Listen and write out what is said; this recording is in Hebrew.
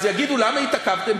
אז יגידו: למה התעכבתם?